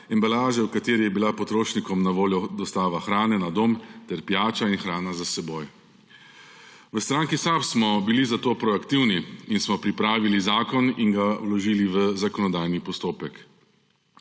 embalaže, v kateri je bila potrošnikom na voljo dostava hrane na dom, ter pijača in hrana za s seboj. V stranki SAB smo bili zato proaktivni in smo pripravili zakon in ga vložili v zakonodajni postopek.